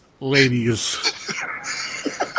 ladies